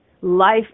life